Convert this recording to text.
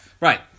Right